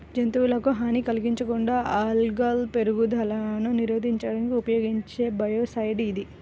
జంతువులకు హాని కలిగించకుండా ఆల్గల్ పెరుగుదలను నిరోధించడానికి ఉపయోగించే బయోసైడ్ ఇది